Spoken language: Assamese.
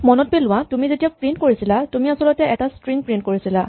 মনত পেলোৱা তুমি যেতিয়া প্ৰিন্ট কৰিছিলা তুমি আচলতে এটা স্ট্ৰিং প্ৰিন্ট কৰিছিলা